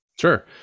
Sure